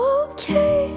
okay